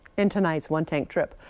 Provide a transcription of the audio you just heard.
in tonight's one tank trip,